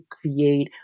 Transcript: create